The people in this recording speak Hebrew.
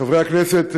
חברי הכנסת,